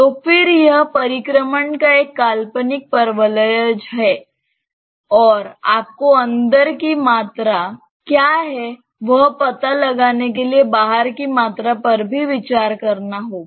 तो फिर यह परिक्रमण का एक काल्पनिक परवलयज है और आपको अंदर की मात्रा क्या है वह पता लगाने के लिए बाहर की मात्रा पर भी विचार करना होगा